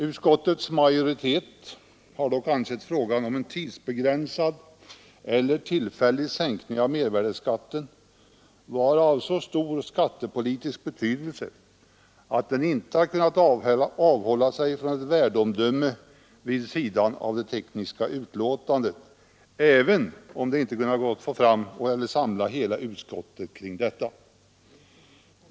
Utskottets majoritet har dock ansett frågan om en tidsbegränsad eller tillfällig sänkning av mervärdeskatten vara av så stor skattepolitisk betydelse att den inte kunnat avhålla sig från ett värdeomdöme vid sidan av det tekniska utlåtandet, även om det inte gått att samla hela utskottet kring detta.